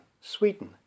Sweden